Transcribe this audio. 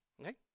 Okay